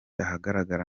ahagaragara